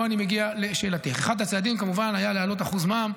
אחד הצעדים היה להעלות אחוז מע"מ.